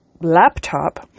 laptop